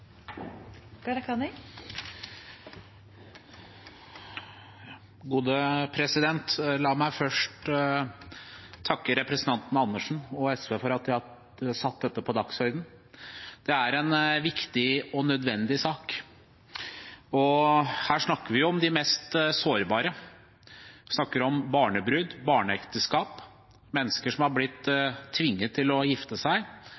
La meg først takke representanten Karin Andersen og andre fra SV for at de har satt dette på dagsordenen. Det er en viktig og nødvendig sak. Her snakker vi om de mest sårbare, vi snakker om barnebruder, om barneekteskap, om mennesker som har blitt tvunget til å gifte seg.